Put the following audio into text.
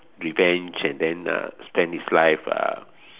revenge and then uh spend his life uh